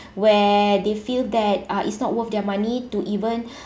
where they feel that uh it's not worth their money to even